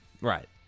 Right